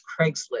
Craigslist